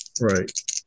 Right